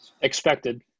Expected